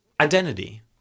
identity